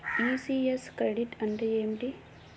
ECS credit అంటే ఏమిటి?